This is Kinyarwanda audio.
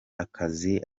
akazi